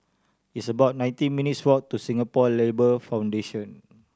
it's about nineteen minutes' walk to Singapore Labour Foundation